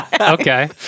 Okay